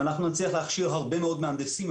אם אנחנו נצליח להכשיר הרבה מאוד מהנדסים,